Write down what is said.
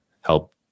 help